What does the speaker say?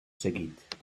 seguit